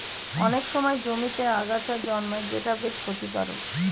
অনেক সময় জমিতে আগাছা জন্মায় যেটা বেশ ক্ষতিকারক